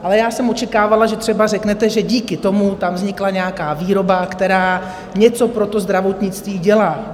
Ale já jsem očekávala, že třeba řeknete, že díky tomu tam vznikla nějaká výroba, která něco pro to zdravotnictví dělá.